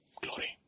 glory